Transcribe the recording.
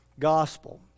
gospel